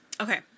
Okay